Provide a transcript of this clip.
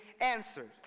answered